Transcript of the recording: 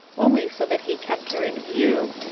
only so that he kept her in view.